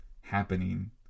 happening